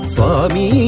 Swami